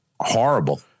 horrible